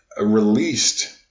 released